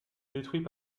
détruits